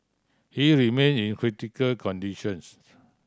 he remain in critical conditions